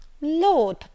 Lord